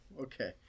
Okay